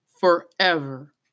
Forever